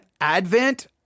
Advent